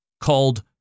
called